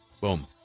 Boom